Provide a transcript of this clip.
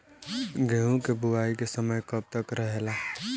गेहूँ के बुवाई के समय कब तक रहेला?